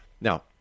Now